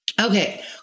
Okay